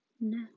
No